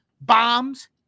bombs